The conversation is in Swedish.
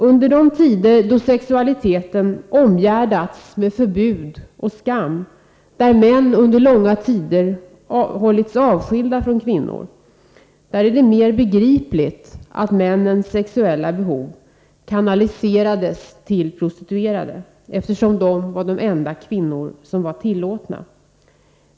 Under de tider då sexualiteten omgärdats med förbud och skam, där män under långa tider hållits avskilda från kvinnor, där är det mer begripligt att männens sexuella behov kanaliserats till prostituerade — eftersom de var de enda kvinnor som var ”tillåtna”.